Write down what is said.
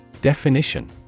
Definition